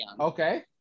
Okay